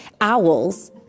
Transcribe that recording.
owls